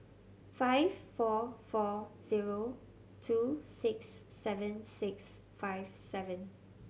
five four four zero two six seven six five seven